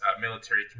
military